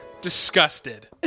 Disgusted